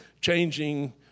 changing